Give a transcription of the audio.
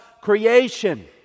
creation